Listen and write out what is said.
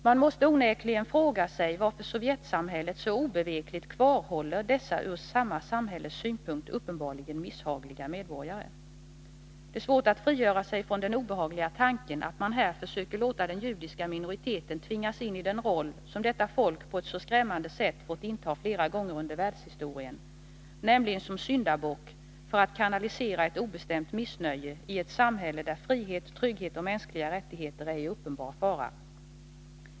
Man måste onekligen fråga sig, varför Sovjetsamhället så obevekligt kvarhåller dessa ur samma samhälles synpunkt uppenbarligen misshagliga 203 medborgare. Det är svårt att frigöra sig från den obehagliga tanken att man här försöker låta den judiska minoriteten tvingas in i den roll som detta folk på ett så skrämmande sätt fått inta flera gånger under världshistorien, nämligen som syndabock för att kanalisera ett obestämt missnöje i ett samhälle där frihet, trygghet och mänskliga rättigheter är i uppenbar fara.